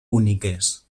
úniques